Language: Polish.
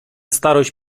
starość